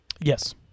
Yes